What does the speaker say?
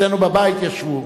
אצלנו בבית ישבו.